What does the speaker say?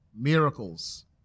miracles